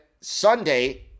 Sunday